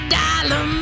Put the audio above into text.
dollar